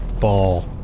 ball